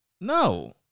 No